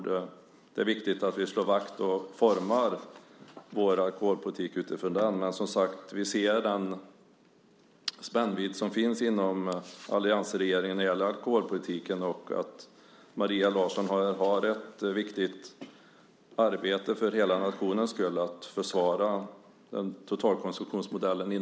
Det är viktigt att vi slår vakt om och formar vår alkoholpolitik utifrån den. Men vi ser, som sagt, den spännvidd som finns inom alliansregeringen när det gäller alkoholpolitiken. Maria Larsson har i regeringen ett viktigt arbete för hela nationens skull när det gäller att försvara totalkonsumtionsmodellen.